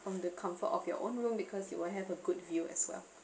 from the comfort of your own room because you will have a good view as well